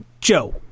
Joe